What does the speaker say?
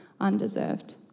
undeserved